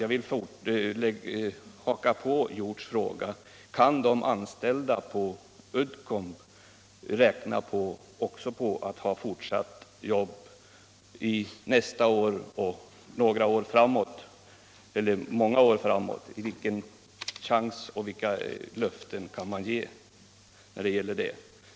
Jag vill haka på herr Hjorths fråga: Kan de anställda på Uddcomb räkna med att ha jobb också nästa år och några år framåt, många år framåt? Vilken chans finns det till det, och vilka löften kan man ge?